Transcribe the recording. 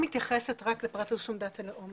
מתייחסת רק לפרטי רישום דת ולאום,